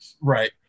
Right